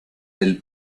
del